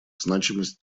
значимость